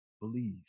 believe